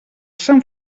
sant